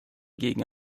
gegen